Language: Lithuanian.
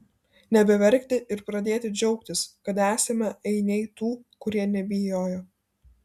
nebeverkti ir pradėti džiaugtis kad esame ainiai tų kurie nebijojo